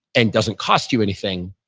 and doesn't cost you anything,